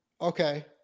Okay